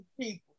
people